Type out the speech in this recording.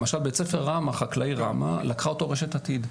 למשל בית ספר תיכון חקלאי ראמה לקחה אותו רשת עתיד.